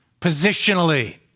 positionally